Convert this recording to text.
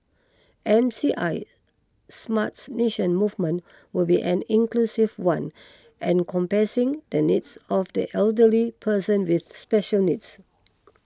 M C I smarts nation movement will be an inclusive one encompassing the needs of the elderly persons with special needs